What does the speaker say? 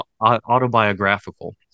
autobiographical